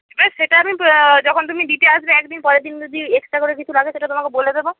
এবার সেটা আমি যখন তুমি দিতে আসবে এক দিন পরের দিন যদি এক্সট্রা করে কিছু লাগে সেটা তোমাকে বলে দেবো